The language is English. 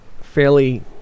fairly